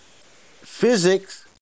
Physics